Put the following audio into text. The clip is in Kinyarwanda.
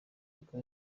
reka